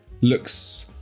looks